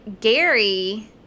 Gary